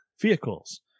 vehicles